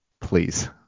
please